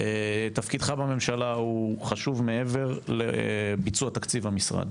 תפקידך בממשלה חשוב מעבר לביצוע תקציב המשרד.